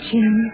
Jim